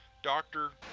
dr.